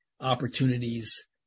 opportunities